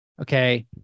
okay